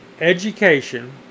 Education